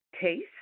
taste